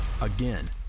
again